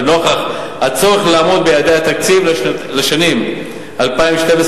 ונוכח הצורך לעמוד בייעדי התקציב לשנים 2011 2012,